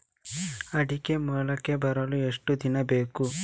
ಅಡಿಕೆ ಮೊಳಕೆ ಬರಲು ಎಷ್ಟು ದಿನ ಬೇಕು?